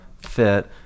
fit